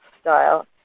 style